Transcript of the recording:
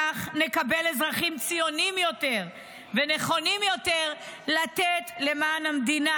כך נקבל אזרחים ציונים יותר ונכונים יותר לתת למען המדינה.